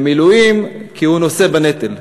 למילואים, כי הוא נושא בנטל.